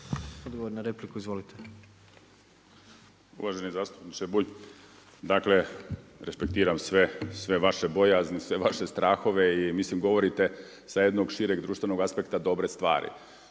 Hrvatsku)** Uvaženi zastupniče Bulj. Dakle respektiram sve vaše bojazni, sve vaše strahove i govorite sa jednog šireg društvenog aspekta dobre stvari.